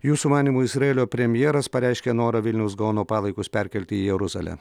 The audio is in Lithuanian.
jūsų manymu izraelio premjeras pareiškė norą vilniaus gaono palaikus perkelti į jeruzalę